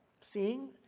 seeing